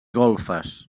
golfes